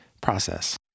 process